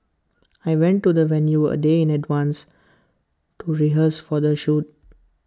I went to the venue A day in advance to rehearse for the shoot